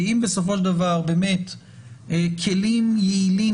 כי אם בסופו של דבר באמת כלים יעילים